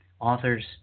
authors